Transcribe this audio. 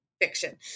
fiction